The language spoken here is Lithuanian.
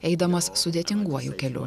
eidamas sudėtinguoju keliu